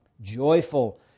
joyful